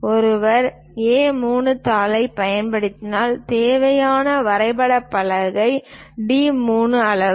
ஒருவர் A3 தாளைப் பயன்படுத்தினால் தேவையான வரைபட பலகை D3 அளவு